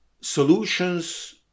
solutions